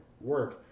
work